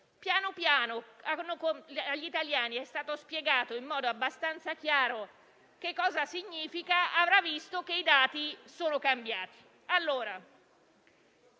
Piano piano, agli italiani è stato spiegato in modo abbastanza chiaro cosa significa (avrà visto che i dati sono cambiati).